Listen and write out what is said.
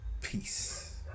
peace